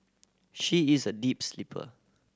she is a deep sleeper